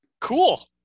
cool